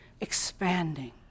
expanding